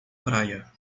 praia